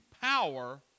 power